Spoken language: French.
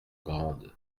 grande